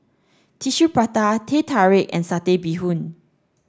Tissue Prata Teh Tarik and satay bee hoon